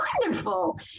wonderful